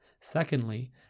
secondly